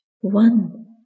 one